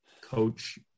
coach